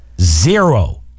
Zero